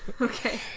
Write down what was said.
Okay